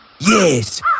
Yes